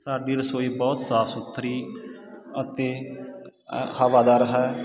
ਸਾਡੀ ਰਸੋਈ ਬਹੁਤ ਸਾਫ਼ ਸੁਥਰੀ ਅਤੇ ਹਵਾਦਾਰ ਹੈ